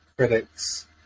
Critics